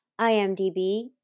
IMDB